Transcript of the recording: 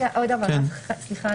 עוד דבר אחד, סליחה.